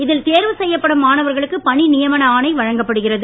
இதில் தேர்வு செய்யப்படும் தேர்வு மாணவர்களுக்கு பணி நியமன ஆணை வழங்கப்படுகிறது